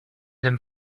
them